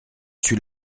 suis